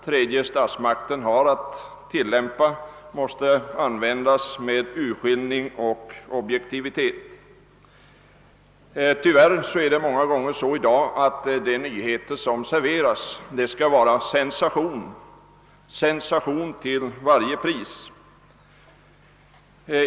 Tredje statsmakten måste använda sina resurser med större urskillning och objektivitet. Tyvärr ges nyheterna i dag en prägel av sensation — sensation till varje pris.